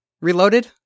reloaded